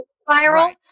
spiral